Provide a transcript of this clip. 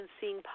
seeing